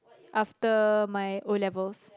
after my O-levels